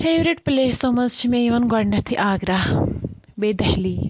favourite پٕلیسو منٛز چھِ مےٚ یِوان گۄڈنؠتھٕے آگرا بیٚیہِ دہلی